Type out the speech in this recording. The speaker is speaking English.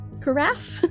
Carafe